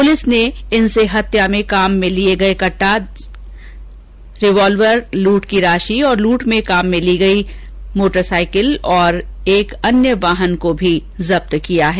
police ने इनसे हत्या में काम में लिए गए कट्टा रिवाल्वर लूट की राशि और लूट में काम में ली गई मोटरसाइकिल और एक जीप भी जब्त की है